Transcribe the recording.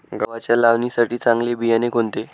गव्हाच्या लावणीसाठी चांगले बियाणे कोणते?